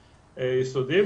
יסודיים,